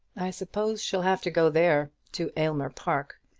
i suppose she'll have to go there to aylmer park.